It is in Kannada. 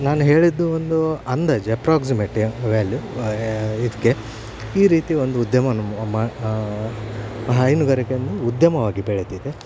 ನಾನು ಹೇಳಿದ್ದು ಒಂದು ಅಂದಾಜು ಎಪ್ರಾಕ್ಝಿಮೆಟ್ಟಿ ವ್ಯಾಲ್ಯು ಇದಕ್ಕೆ ಈ ರೀತಿ ಒಂದು ಉದ್ಯಮವನ್ನು ಮಾ ಹೈನುಗಾರಿಕೆಯನ್ನು ಉದ್ಯಮವಾಗಿ ಬೆಳೆದಿದೆ